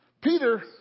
Peter